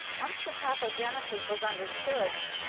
once the pathogenesis was understood,